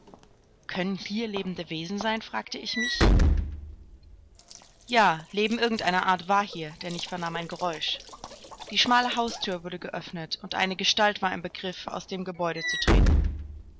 können hier lebende wesen sein fragte ich mich ja leben irgend einer art war hier denn ich vernahm ein geräusch die schmale hausthür wurde geöffnet und eine gestalt war im begriff aus dem gebäude zu treten